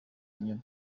inyuma